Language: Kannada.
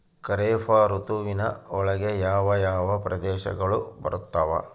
ಖಾರೇಫ್ ಋತುವಿನ ಒಳಗೆ ಯಾವ ಯಾವ ಪ್ರದೇಶಗಳು ಬರ್ತಾವ?